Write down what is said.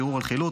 ערעור על חילוט,